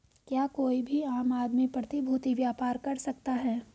क्या कोई भी आम आदमी प्रतिभूती व्यापार कर सकता है?